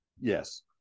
Yes